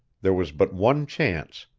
there was but one chance,